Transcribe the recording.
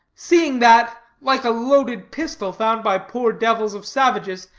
seeing that, like a loaded pistol found by poor devils of savages,